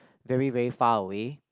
very very far away